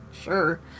sure